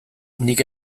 nik